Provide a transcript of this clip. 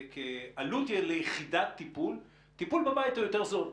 עלות יחידת טיפול - טיפול בבית הוא יותר זול.